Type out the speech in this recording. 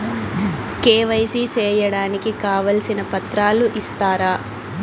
KYC సేయడానికి కావాల్సిన పత్రాలు ఇస్తారా?